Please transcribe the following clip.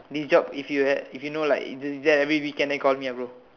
this job if you have if you know like it's at every weekend then call me ah bro